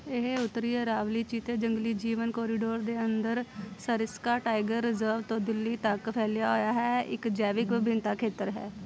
ਇਹ ਉੱਤਰੀ ਅਰਾਵਲੀ ਚੀਤੇ ਜੰਗਲੀ ਜੀਵਨ ਕੌਰੀਡੋਰ ਦੇ ਅੰਦਰ ਸਰਿਸਕਾ ਟਾਈਗਰ ਰਿਜ਼ਰਵ ਤੋਂ ਦਿੱਲੀ ਤੱਕ ਫੈਲਿਆ ਹੋਇਆ ਹੈ ਇੱਕ ਜੈਵਿਕ ਵਿਭਿੰਨਤਾ ਖੇਤਰ ਹੈ